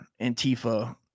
Antifa